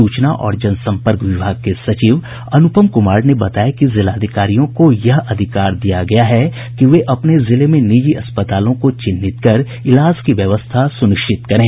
सूचना और जनसम्पर्क विभाग के सचिव अनुपम कुमार ने बताया कि जिलाधिकारियों को यह अधिकार दिया गया है कि वे अपने जिले में निजी अस्पतालों को चिन्हित कर इलाज की व्यवस्था सुनिश्चित करे